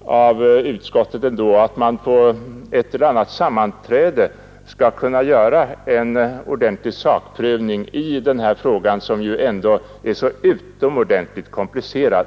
av utskottet att tro att man på ett eller annat sammanträde skulle kunna göra en ordentlig sakprövning i denna fråga, som ju ändå är så utomordentligt komplicerad.